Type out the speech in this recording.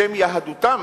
בשם יהדותם,